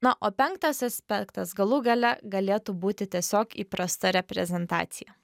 na o penktas aspektas galų gale galėtų būti tiesiog įprasta reprezentacija